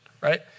right